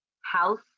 House